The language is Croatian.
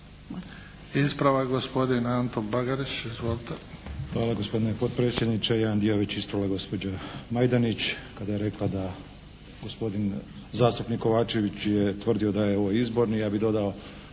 Ispravak, gospodin Anto Bagarić. Izvolite.